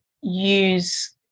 use